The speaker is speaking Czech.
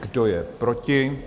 Kdo je proti?